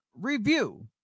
review